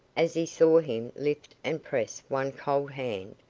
as she saw him lift and press one cold hand,